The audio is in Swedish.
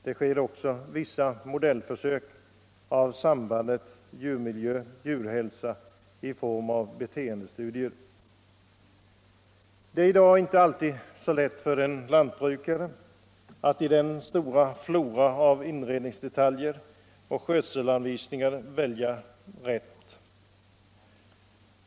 Det görs också vissa modellförsök beträffande sambandet djurmiljö-djurhälsa i form av beteendestudier. Det är i dag inte alltid så lätt för lantbrukaren att i floran av inredningsdetaljer och skötselanvisningar välja rätt.